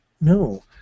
No